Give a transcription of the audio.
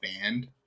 band